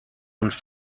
und